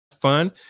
fun